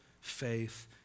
faith